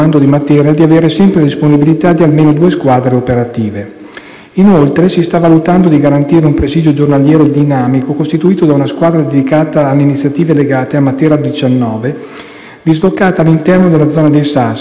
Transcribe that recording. Inoltre, si sta valutando di garantire un presidio giornaliero dinamico costituito da una squadra dedicata alle iniziative legate a Matera 2019, dislocata all'interno della zona dei Sassi, in servizio diurno straordinario durante tutto l'anno 2019.